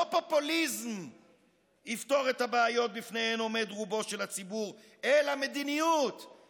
לא פופוליזם יפתור את הבעיות שבפניהן עומד רובו של הציבור אלא מדיניות,